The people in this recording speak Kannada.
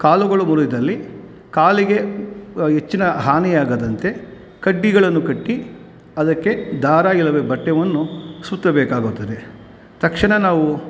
ಕಾಲುಗಳು ಮುರಿದಲ್ಲಿ ಕಾಲಿಗೆ ಹೆಚ್ಚಿನ ಹಾನಿಯಾಗದಂತೆ ಕಡ್ಡಿಗಳನ್ನು ಕಟ್ಟಿ ಅದಕ್ಕೆ ದಾರ ಇಲ್ಲವೇ ಬಟ್ಟೆಯನ್ನು ಸುತ್ತಬೇಕಾಗುತ್ತದೆ ತಕ್ಷಣ ನಾವು